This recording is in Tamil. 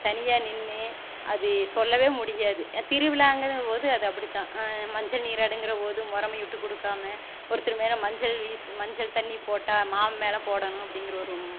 தனியாக நின்று அது சொல்ல முடியாது திருவிழாங்கிற போது அது அப்படிதான் மஞ்சள் நீராட்டுங்கற போது முறைமை விட்டு கொடுக்காம ஒருத்தர் மேல் மஞ்சள் மஞ்சள் தண்ணீர் போட்டால் மாமா மேல் போடணும் அப்படிங்கற ஒரு